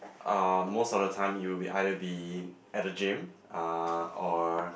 uh most of the time you will be either be at the gym uh or